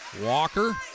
Walker